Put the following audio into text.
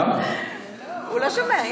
הוא לא שומע.